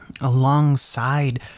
alongside